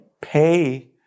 Pay